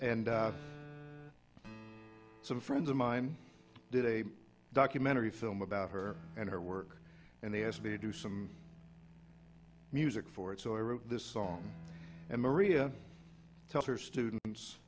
and some friends of mine did a documentary film about her and her work and they asked me to do some music for it so i wrote this song and maria tells her students